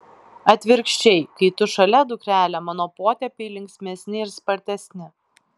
atvirkščiai kai tu šalia dukrele mano potėpiai linksmesni ir spartesni